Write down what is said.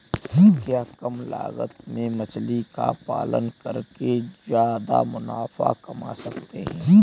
क्या कम लागत में मछली का पालन करके ज्यादा मुनाफा कमा सकते हैं?